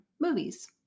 movies